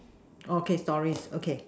okay stories okay